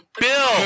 Bill